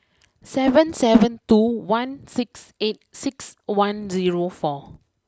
seven seven two one six eight six one zero four